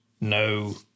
No